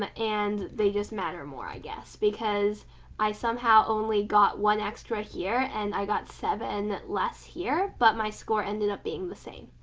and they just matter more i guess because i somehow only got one extra here and i got seven less here, but my score ended up being the same,